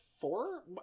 four